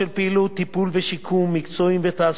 טיפול ושיקום מקצועיים ותעסוקתיים,